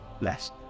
Less